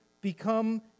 become